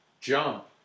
jump